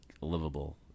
livable